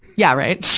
yeah, right!